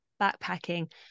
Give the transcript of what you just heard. backpacking